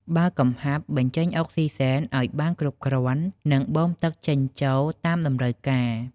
បើកកង្ហាបញ្ចេញអុកស៊ីហ្សែនឲ្យបានគ្រប់គ្រាន់ និងបូមទឹកចេញចូលតាមតម្រូវការ។